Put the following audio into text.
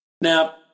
Now